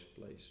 place